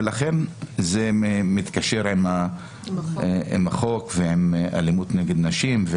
ולכן זה מתקשר עם החוק ועם אלימות נגד נשים.